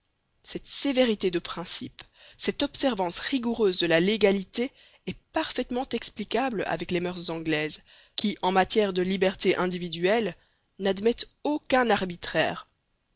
cette sévérité de principes cette observance rigoureuse de la légalité est parfaitement explicable avec les moeurs anglaises qui en matière de liberté individuelle n'admettent aucun arbitraire